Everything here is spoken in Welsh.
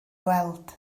weld